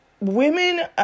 women